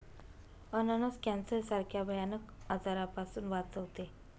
अननस कॅन्सर सारख्या भयानक आजारापासून वाचवते